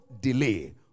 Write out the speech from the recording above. delay